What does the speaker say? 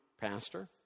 pastor